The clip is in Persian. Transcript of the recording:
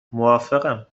موافقم